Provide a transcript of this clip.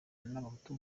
n’abahutu